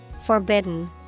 Forbidden